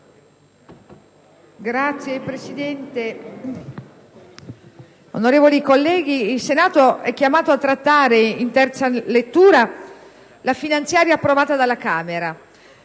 Signor Presidente, colleghi, il Senato è chiamato a trattare in terza lettura la finanziaria approvata dalla Camera